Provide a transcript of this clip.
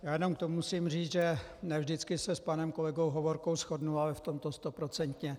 Já jenom musím říct, že ne vždycky se s panem kolegou Hovorkou shodnu, ale v tomto stoprocentně.